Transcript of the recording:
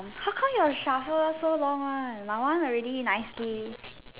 how come your shovel so long one my one already nicely